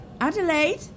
Adelaide